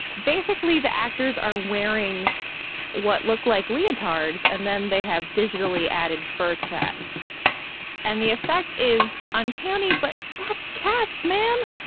basically, the actors are wearing what looked like leotards, and then they have digitally added fur to that and the effect is uncanny. but that's cats, man.